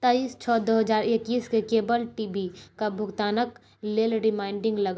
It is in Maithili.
तेईस छओ दू हजार एकैस केँ केबल टी वी कऽ भुगतानक लेल रिमाइंडिंग लगाउ